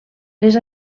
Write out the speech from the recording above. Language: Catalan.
les